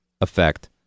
effect